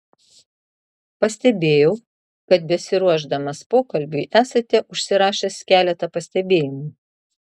pastebėjau kad besiruošdamas pokalbiui esate užsirašęs keletą pastebėjimų